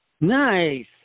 Nice